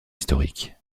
historiques